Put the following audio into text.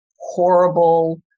horrible